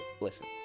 Listen